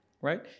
right